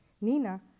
Nina